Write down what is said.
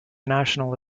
national